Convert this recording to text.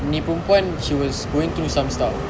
ni perempuan she was going through some stuff